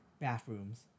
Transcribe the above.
bathrooms